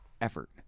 effort